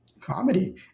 comedy